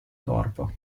corpo